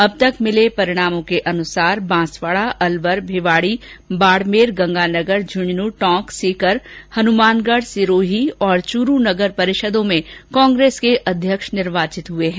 अब तक मिले परिणामों के अनुसार बांसवाड़ा अलवर भिवाडी बाड़मेर गंगानगर झुंझुन टोंक सीकर हनुमानगढ सिरोही और चूरू नगर परिषदों में कांग्रेस के अध्यक्ष निर्वाचित हुए हैं